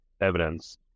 evidence